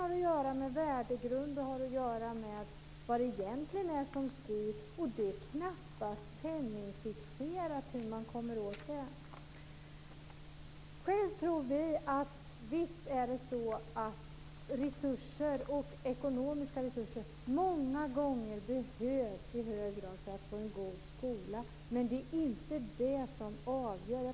Den dolda läroplanen rör värdegrund och vad det egentligen är som styr - och det är knappast penningfixerat. Vi tror att ekonomiska resurser i hög grad behövs för att få en god skola, men det är inte det som avgör.